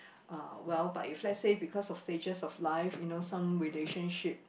uh well but if let's say because of stages of life you know some relationship